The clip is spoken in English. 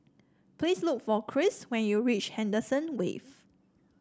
please look for Chris when you reach Henderson Wave